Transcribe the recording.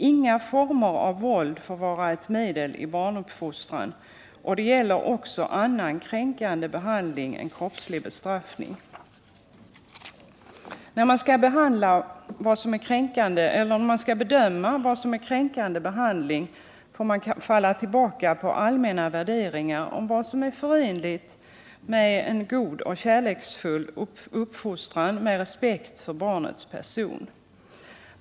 Inga former av våld får vara ett medel i barnuppfostran, och det gäller också annan kränkande behandling än kroppslig bestraffning. När man skall bedöma vad som är kränkande behandling får man falla tillbaka på allmänna värderingar om vad som är förenligt med en god och kärleksfull uppfostran med respekt för barnets person.